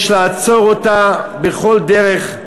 יש לעצור אותו בכל דרך,